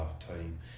half-time